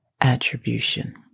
attribution